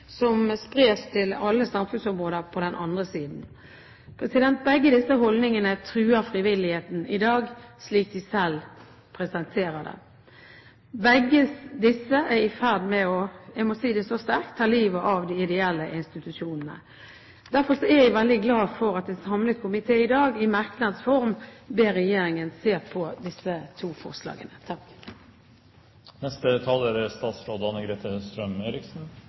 som spres til alle samfunnsområder. Begge holdningene truer frivilligheten i dag, slik de selv presenterer det. Begge er i ferd med – jeg må si det så sterkt – å ta livet av de ideelle institusjonene. Derfor er jeg veldig glad for at en samlet komité i dag i merknads form ber regjeringen om å se på disse to forslagene.